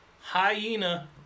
hyena